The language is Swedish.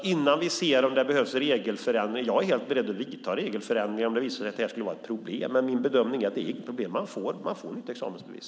Jag är beredd att vidta regelförändringar om det visar sig att det här skulle vara ett problem, men det är min bedömning att det inte är något problem. Man får ett nytt examensbevis.